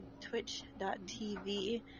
twitch.tv